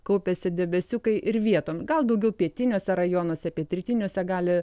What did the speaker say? kaupiasi debesiukai ir vietom gal daugiau pietiniuose rajonuose pietrytiniuose gali